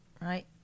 right